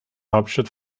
hauptstadt